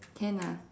can ah